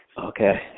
Okay